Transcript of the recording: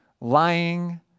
lying